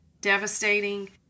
devastating